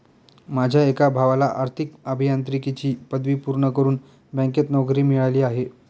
माझ्या एका भावाला आर्थिक अभियांत्रिकीची पदवी पूर्ण करून बँकेत नोकरी मिळाली आहे